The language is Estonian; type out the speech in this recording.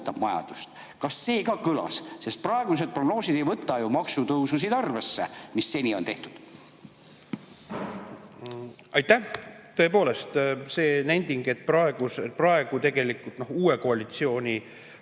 jahutab majandust. Kas see ka kõlas, sest praegused prognoosid ei võta ju maksutõususid arvesse, mis seni on tehtud? Aitäh! Tõepoolest see nending, et tegelikult praegu uue koalitsiooni